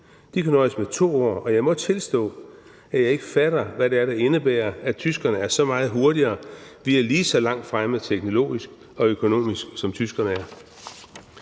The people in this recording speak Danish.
De kan nøjes med 2 år, og jeg må tilstå, at jeg ikke fatter, hvad det er, der indebærer, at tyskerne er så meget hurtigere. Vi er lige så langt fremme teknologisk og økonomisk, som tyskerne er.